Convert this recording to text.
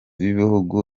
b’ibihugu